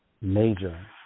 major